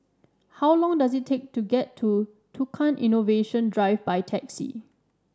how long does it take to get to Tukang Innovation Drive by taxi